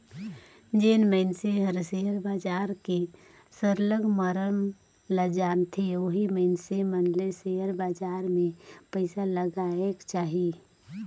जेन मइनसे हर सेयर बजार के सरलग मरम ल जानथे ओही मइनसे मन ल सेयर बजार में पइसा लगाएक चाही